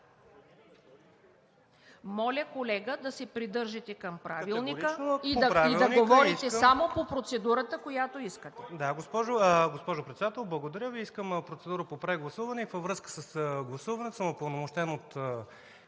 Моля, колега, да се придържате към Правилника и да говорите само по процедурата, която искате. ХРИСТО ГАДЖЕВ (ГЕРБ-СДС): Госпожо Председател, благодаря Ви. Искам процедура по прегласуване. Във връзка с гласуването